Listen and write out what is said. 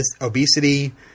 obesity